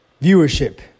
viewership